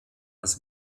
als